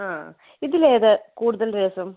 ആ ഇതിലേതാണ് കൂടുതൽ രസം